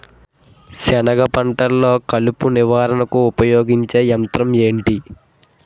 సెనగ పంటలో కలుపు నివారణకు ఉపయోగించే యంత్రం ఏంటి?